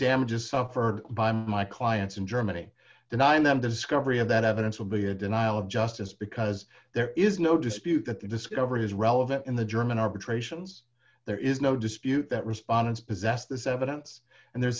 damages suffered by my clients in germany denying them discovery of that evidence will be a denial of justice because there is no dispute that the discovery is relevant in the german arbitrations there is no dispute that respondents possessed this evidence and the